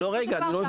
בסופו של דבר,